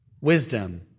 Wisdom